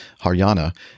Haryana